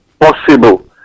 possible